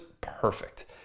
perfect